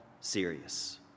serious